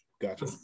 gotcha